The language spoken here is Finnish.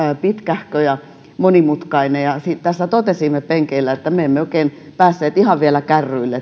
pitkähkö ja monimutkainen ja sitten tässä totesimme penkeillä että me emme oikein päässeet ihan vielä kärryille